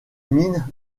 mine